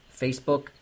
Facebook